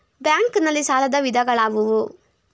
Bank ನಲ್ಲಿ ಸಾಲದ ವಿಧಗಳಾವುವು?